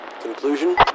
Conclusion